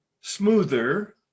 smoother